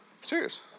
Serious